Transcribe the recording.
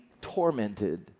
tormented